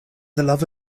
love